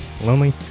lonely